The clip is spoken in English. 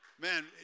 man